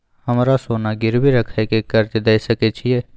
हमरा सोना गिरवी रखय के कर्ज दै सकै छिए?